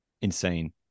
Insane